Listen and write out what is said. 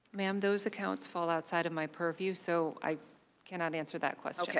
ma'am, those accounts fall outside of my purview so i cannot answer that question.